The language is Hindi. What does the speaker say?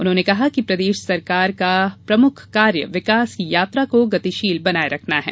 उन्होंने कहा कि प्रदेश सरकार का प्रमुख कार्य विकास की यात्रा को गतिशील बनाये रखना है